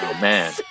man